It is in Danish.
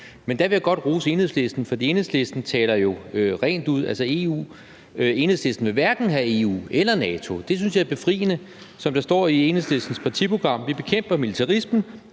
Der vil jeg godt rose Enhedslisten, for Enhedslisten taler jo rent ud af posen. Enhedslisten vil hverken have EU eller NATO. Det synes jeg er befriende. Som der står i Enhedslistens partiprogram: »Vi bekæmper militarismen